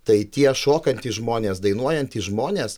tai tie šokantys žmonės dainuojantys žmonės